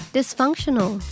Dysfunctional